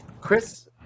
chris